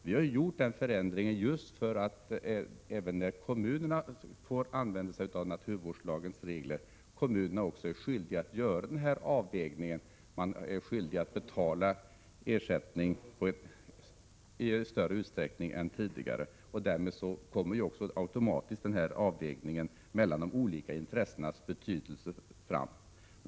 Vi har gjort den förändringen just för att även kommunerna, när de får använda sig av naturvårdslagens regler, skall vara skyldiga att betala ersättning i större utsträckning än tidigare. Därmed kommer också automatiskt avvägningen mellan de olika intressenas betydelse fram.